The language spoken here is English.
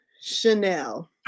Chanel